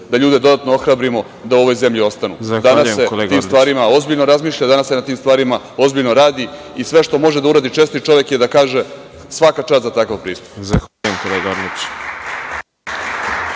da ljude dodatno ohrabrimo da u ovoj zemlji ostanu. Danas se o tim stvarima ozbiljno razmišlja, danas se na tim stvarima ozbiljno radi i sve što može da uradi čestit čovek je da kaže – svaka čast za takav pristup!